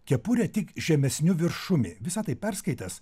kepurę tik žemesniu viršumi visa tai perskaitęs